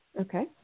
Okay